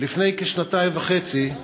לפני כשנתיים וחצי,